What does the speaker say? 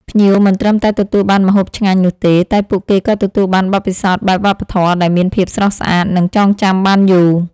ភ្ញៀវមិនត្រឹមតែទទួលបានម្ហូបឆ្ងាញ់នោះទេ តែពួកគេក៏ទទួលបានបទពិសោធន៍បែបវប្បធម៌ដែលមានភាពស្រស់ស្អាត និងចងចាំបានយូរ។